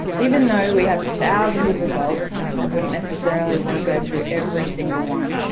even though we have thousands of results and wouldn't necessarily want to go through every single one,